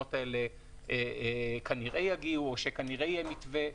שהתקנות האלה כנראה יגיעו או שכנראה יהיה מתווה.